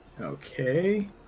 Okay